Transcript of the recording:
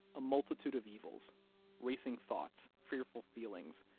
a multitude of evils racing thoughts, fearful feelings,